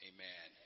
Amen